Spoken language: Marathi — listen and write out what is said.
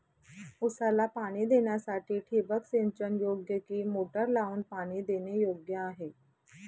ऊसाला पाणी देण्यासाठी ठिबक सिंचन योग्य कि मोटर लावून पाणी देणे योग्य आहे?